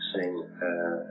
sing